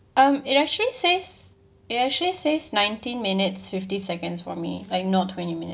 um it actually says it actually says nineteen minutes fifty seconds for me like not twenty minute